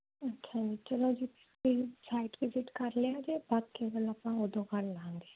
ਅੱਛਾ ਚਲੋ ਜੀ ਤੁਸੀਂ ਸਾਈਟ ਵਿਜਿਟ ਕਰ ਲਿਆ ਜੇ ਬਾਕੀ ਗੱਲ ਆਪਾਂ ਉੱਦੋਂ ਕਰ ਲਾਂਗੇ